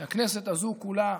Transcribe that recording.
שהכנסת הזו כולה,